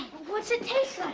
what's it taste